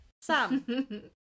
Sam